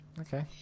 Okay